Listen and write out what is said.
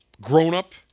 grown-up